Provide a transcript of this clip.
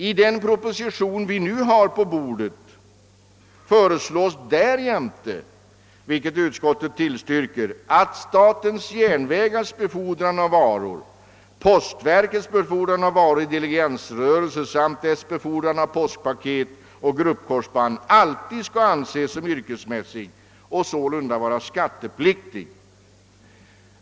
I den proposition som nu ligger på riksdagens bord föreslås därjämte — vilket utskottet tillstyrker — att statens järnvägars befordran av varor, postverkets befordran av varor i diligensrörelsen samt dess befordran av postpaket och gruppkorsband alltid skall anses som yrkesmässig och sålunda vara skattepliktig.